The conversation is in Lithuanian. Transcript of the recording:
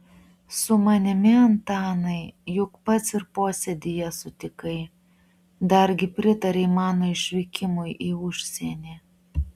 su manimi antanai juk pats ir posėdyje sutikai dargi pritarei mano išvykimui į užsienį